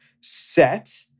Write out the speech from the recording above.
set